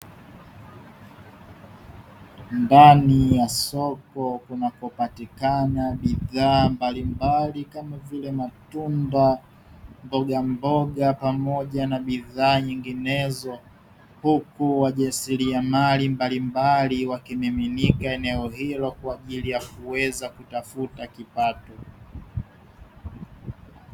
Ndani ya soko kunakopatikana bidhaa mbalimbali kama vile: matunda, mbogamboga pamoja na bidhaa nyinginezo; huku wajasiriamali mbalimbali wakimiminika eneo hilo kwa ajili ya kuweza kutafuta kipato.